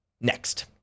next